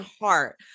heart